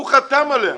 הוא חתם עליה.